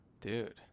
Dude